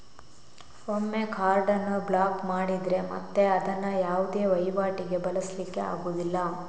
ಒಮ್ಮೆ ಕಾರ್ಡ್ ಅನ್ನು ಬ್ಲಾಕ್ ಮಾಡಿದ್ರೆ ಮತ್ತೆ ಅದನ್ನ ಯಾವುದೇ ವೈವಾಟಿಗೆ ಬಳಸ್ಲಿಕ್ಕೆ ಆಗುದಿಲ್ಲ